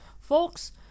Folks